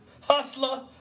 hustler